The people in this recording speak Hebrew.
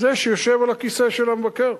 זה שיושב על הכיסא של המבקר,